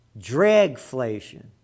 Dragflation